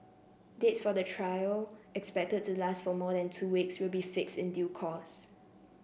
dates for the trial expected to last for more than two weeks will be fixed in due course